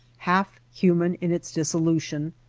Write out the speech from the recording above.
half human in its dissolution,